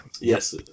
Yes